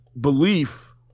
belief